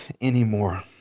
anymore